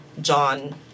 John